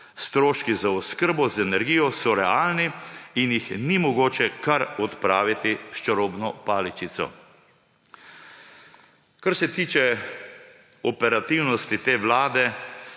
Stroški za oskrbo z energijo so realni in jih ni mogoče kar odpraviti s čarobno paličico. Kar se tiče operativnosti te vlade